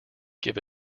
give